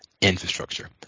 infrastructure